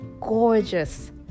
gorgeous